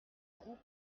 groupe